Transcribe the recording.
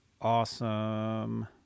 awesome